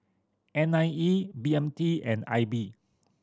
N I E B M T and I B